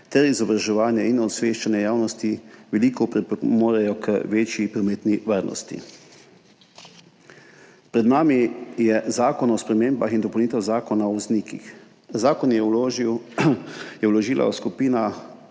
ter izobraževanje in osveščanje javnosti veliko pripomorejo k večji prometni varnosti. Pred nami je Zakon o spremembah in dopolnitvah Zakona o voznikih. Zakon je vložen v skupnem